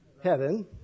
Heaven